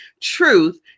truth